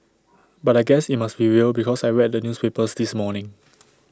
but I guess IT must be real because I read the newspapers this morning